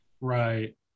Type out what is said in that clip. Right